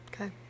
okay